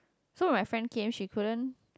so my friend came she couldn't